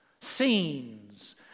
scenes